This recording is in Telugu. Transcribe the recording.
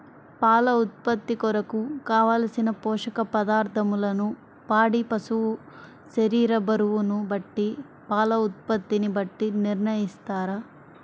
పాల ఉత్పత్తి కొరకు, కావలసిన పోషక పదార్ధములను పాడి పశువు శరీర బరువును బట్టి పాల ఉత్పత్తిని బట్టి నిర్ణయిస్తారా?